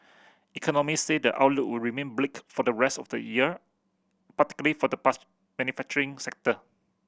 economy say the outlook would remain bleak for the rest of the year particularly for the manufacturing sector